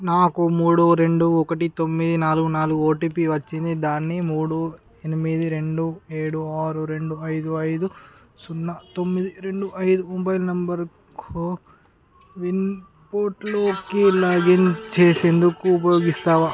నాకు మూడు రెండు ఒకటి తొమ్మిది నాలుగు నాలుగు ఓటీపీ వచ్చింది దాన్ని మూడు ఎనిమిది రెండు ఏడు ఆరు రెండు ఐదు ఐదు సున్నా తొమ్మిది రెండు ఐదు మొబైల్ నంబర్ కోవిన్ పోర్టల్లోకి లాగిన్ చేసేందుకు ఉపయోగిస్తావా